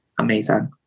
Amazing